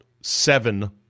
seven